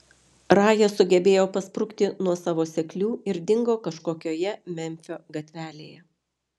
raja sugebėjo pasprukti nuo savo seklių ir dingo kažkokioje memfio gatvelėje